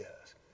Yes